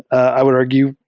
i would argue,